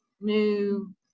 new